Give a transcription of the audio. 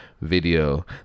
video